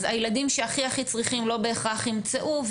אז הילדים שהכי צריכים לא בהכרח ימצאו,